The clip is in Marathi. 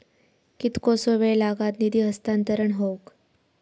कितकोसो वेळ लागत निधी हस्तांतरण हौक?